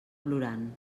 plorant